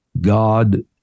God